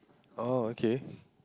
oh okay